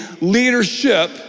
Leadership